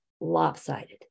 lopsided